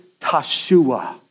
tashua